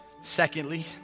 Secondly